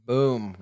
Boom